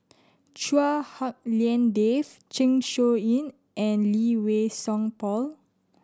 Chua Hak Lien Dave Zeng Shouyin and Lee Wei Song Paul